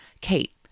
Kate